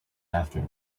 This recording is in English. after